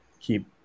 keep